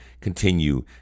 continue